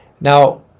Now